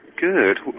Good